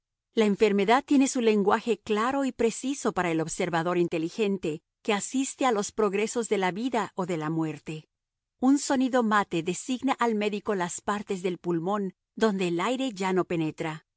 la enfermedad tiene su lenguaje claro y preciso para el observador inteligente que asiste a los progresos de la vida o de la muerte un sonido mate designa al médico las partes del pulmón donde el aire ya no penetra